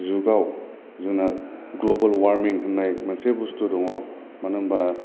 दा जुगाव जोंना ग्लबेल अवारमिं होननाय मोनसे बुस्थु दङ मानो होनोब्ला